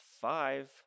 five